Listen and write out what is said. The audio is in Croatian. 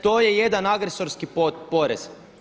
To je jedan agresorski porez.